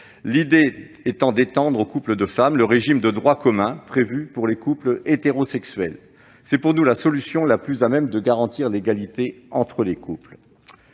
l'idée étant d'étendre aux couples de femmes le régime de droit commun prévu pour les couples hétérosexuels. C'est pour nous la solution la plus à même de garantir l'égalité entre les couples.